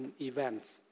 events